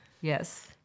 Yes